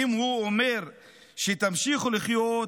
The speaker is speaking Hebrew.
/ ואם הוא אומר שתמשיכו לחיות,